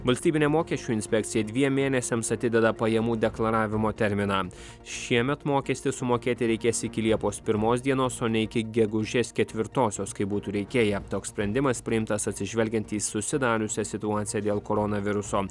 valstybinė mokesčių inspekcija dviem mėnesiams atideda pajamų deklaravimo terminą šiemet mokestį sumokėti reikės iki liepos pirmos dienos o ne iki gegužės ketvirtosios kaip būtų reikėję toks sprendimas priimtas atsižvelgiant į susidariusią situaciją dėl koronaviruso